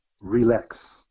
relax